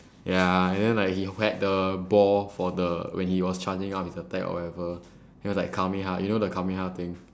ya and then like he w~ had the ball for the when he was charging up his attack or whatever he was like kameha you know the kameha thing